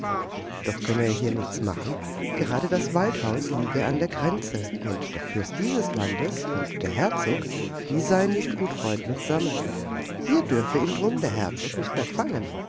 doch könne er hier nichts machen gerade das waldhaus liege an der grenze und der fürst dieses landes und der herzog die seien nicht gut freund mitsammen hier dürfe ihn drum der herzog nicht mehr fangen